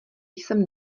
jsem